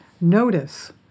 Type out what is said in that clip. Notice